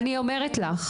אני מודה שהיה פה